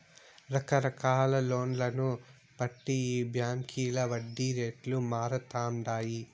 రకరకాల లోన్లను బట్టి ఈ బాంకీల వడ్డీ రేట్లు మారతండాయి